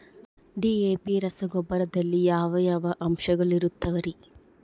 DAP ರಸಗೊಬ್ಬರದಲ್ಲಿ ಯಾವ ಯಾವ ಅಂಶಗಳಿರುತ್ತವರಿ?